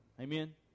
Amen